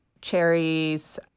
Cherries